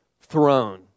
throne